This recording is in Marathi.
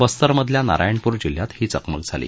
बस्तरमधल्या नारायणपूर जिल्ह्यात ही चकमक झाली